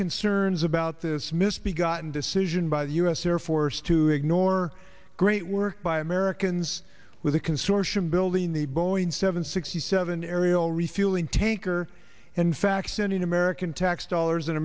concerns about this misbegotten decision by the u s air force to ignore great work by americans with a consortium building the boeing seven sixty seven aerial refueling tanker in fact sending american tax dollars in